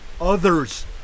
others